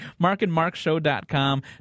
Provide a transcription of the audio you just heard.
markandmarkshow.com